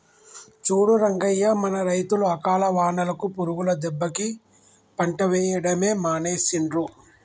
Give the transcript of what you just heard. చూడు రంగయ్య మన రైతులు అకాల వానలకు పురుగుల దెబ్బకి పంట వేయడమే మానేసిండ్రు